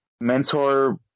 mentor